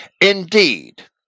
Indeed